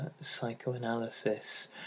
psychoanalysis